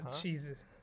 jesus